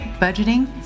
budgeting